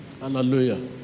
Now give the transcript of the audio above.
Hallelujah